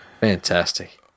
Fantastic